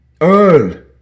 Earl